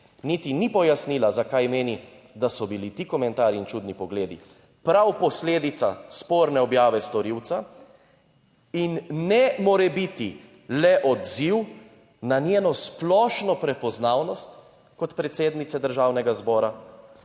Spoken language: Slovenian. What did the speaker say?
niti ni pojasnila, zakaj meni, da so bili ti komentarji in čudni pogledi prav posledica sporne objave storilca in ne more biti le odziv na njeno splošno prepoznavnost kot predsednice Državnega zbora